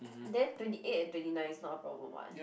then twenty eight and twenty nine is not a problem [what]